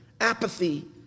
Apathy